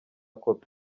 kopi